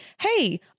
Hey